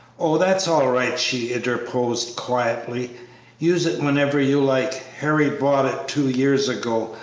oh, that is all right, she interposed, quietly use it whenever you like. harry bought it two years ago,